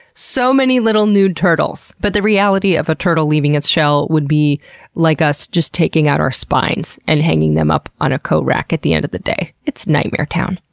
so many little nude turtles! but the reality of a turtle leaving its shell would be like us just taking out our spines and hanging them up on a coat rack at the end of the day. it's nightmare town.